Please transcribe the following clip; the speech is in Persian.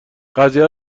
قضیه